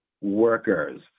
workers